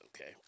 okay